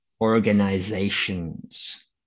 organizations